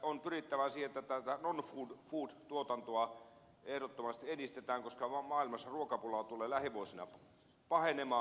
on pyrittävä siihen että non food tuotantoa ehdottomasti edistetään koska maailmassa ruokapula tulee lähivuosina pahenemaan